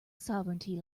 sovereignty